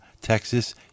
Texas